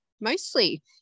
mostly